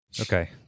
Okay